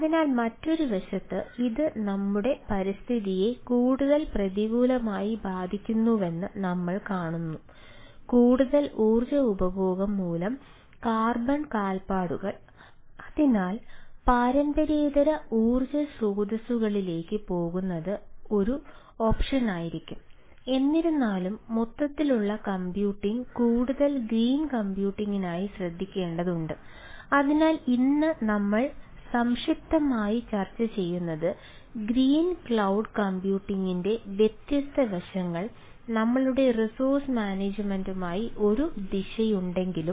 അതിനാൽ മറ്റൊരു വശത്ത് ഇത് നമ്മുടെ പരിസ്ഥിതിയെ കൂടുതൽ പ്രതികൂലമായി ബാധിക്കുന്നുവെന്ന് നമ്മൾ കാണുന്നു കൂടുതൽ ഊർജ്ജ ഉപഭോഗം മൂലം കാർബൺ ഒരു ദിശയുണ്ടെങ്കിലും